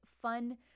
Fun